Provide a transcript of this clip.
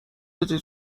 بده